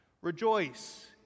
Rejoice